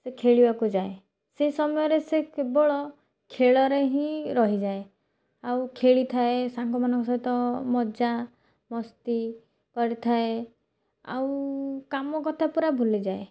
ସେ ଖେଳିବାକୁ ଯାଏ ସେ ସମୟରେ ସେ କେବଳ ଖେଳରେ ହିଁ ରହିଯାଏ ଆଉ ଖେଳିଥାଏ ସାଙ୍ଗମାନଙ୍କ ସହିତ ମଜାମସ୍ତି କରିଥାଏ ଆଉ କାମ କଥା ପୁରା ଭୁଲିଯାଏ